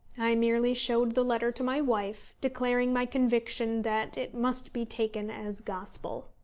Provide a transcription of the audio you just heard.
i merely showed the letter to my wife, declaring my conviction, that it must be taken as gospel.